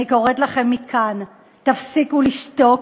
אני קוראת לכם מכאן: תפסיקו לשתוק.